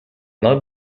not